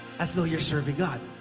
as though you're serving god.